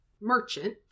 merchant